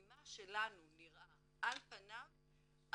ממה שלנו נראה על פניו,